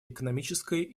экономической